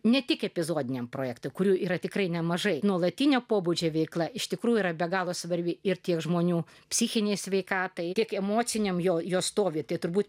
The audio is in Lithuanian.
ne tik epizodiniam projektų kurių yra tikrai nemažai nuolatinio pobūdžio veikla iš tikrųjų yra be galo svarbi ir tiek žmonių psichinei sveikatai tiek emociniam jo jo stovi tai turbūt